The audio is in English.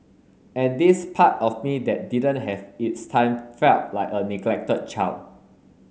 and this part of me that didn't have its time felt like a neglected child